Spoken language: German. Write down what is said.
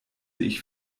ich